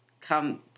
come